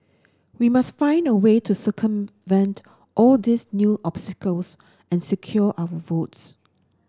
we must find a way to circumvent all these new obstacles and secure our votes